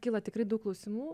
kyla tikrai daug klausimų